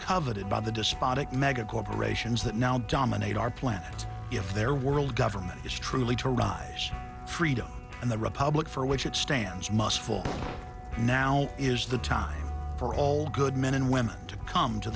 coveted by the despotic mega corporations that now dominate our planet if their world government is truly to rise freedom and the republic for which it stands must fall now is the time for all good men and women to come to